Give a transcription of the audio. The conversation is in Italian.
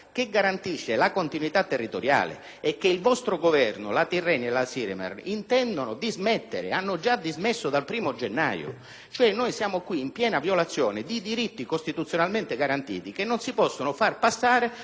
che garantisce la continuità territoriale e che il vostro Governo, la Tirrenia e la Siremar intendono dismettere, anzi, hanno già dismesso dal 1° gennaio scorso. Noi siamo in questo caso in presenza di una piena violazione di diritti costituzionalmente garantiti, che non si possono far passare